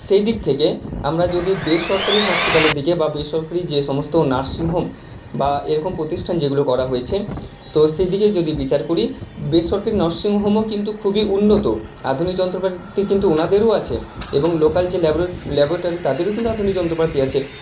সেই দিক থেকে আমরা যদি বেসরকারি হসপিটালের দিকে বা বেসরকারি যে সমস্ত নার্সিংহোম বা এই রকম প্রতিষ্ঠান যেগুলো করা হয়েছে তো সেই দিকে যদি বিচার করি বেসরকারি নার্সিংহোমও কিন্তু খুবই উন্নত আধুনিক যন্ত্রপাতি কিন্তু উনাদেরও আছে এবং লোকাল যে ল্যাবটারি তাদেরও কিন্তু আধুনিক যন্ত্রপাতি আছে